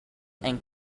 and